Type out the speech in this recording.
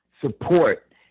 support